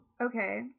Okay